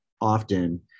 often